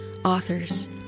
authors